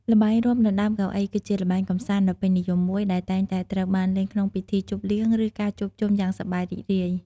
ល្បែងរាំដណ្តើមកៅអី គឺជាល្បែងកម្សាន្តដ៏ពេញនិយមមួយ ដែលតែងតែត្រូវបានលេងក្នុងពិធីជប់លៀង ឬការជួបជុំយ៉ាងសប្បាយរីករាយ។